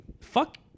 fuck